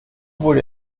wurde